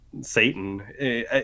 Satan